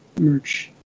merch